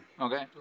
Okay